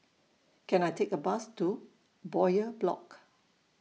Can I Take A Bus to Bowyer Block